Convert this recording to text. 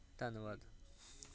ਧੰਨਵਾਦ